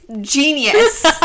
genius